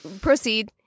proceed